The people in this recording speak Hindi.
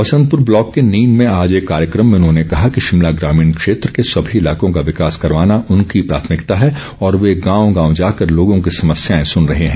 बसंतपुर ब्लॉक के नीन में आज एक कार्यक्रम में उन्होंने कहा कि शिमला ग्रामीण क्षेत्र के सभी इलाकों का विकास करवाना उनकी प्राथमिकता है और वे गांव गांव जाकर लोगो की समस्याए सुन रहे हैं